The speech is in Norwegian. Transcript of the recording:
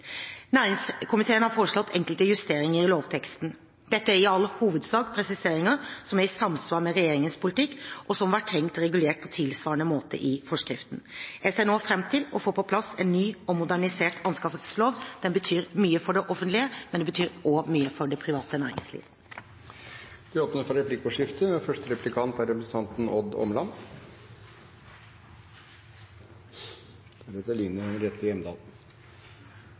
Næringskomiteen har foreslått enkelte justeringer i lovteksten. Dette er i all hovedsak presiseringer som er i samsvar med regjeringens politikk, og som var tenkt regulert på tilsvarende måte i forskriftene. Jeg ser nå fram til å få på plass en ny og modernisert anskaffelseslov. Den betyr mye for det offentlige, men den betyr også mye for det private næringslivet. Det blir replikkordskifte. Det er bred enighet om at offentlig sektor gjennom sine innkjøp kan være en viktig pådriver for